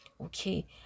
okay